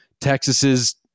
Texas's